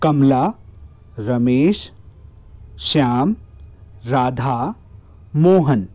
Kamala Ramesh Shyam Radha Mohan